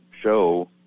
show